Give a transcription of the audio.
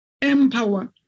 Empower